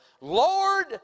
Lord